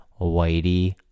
whitey